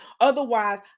Otherwise